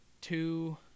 two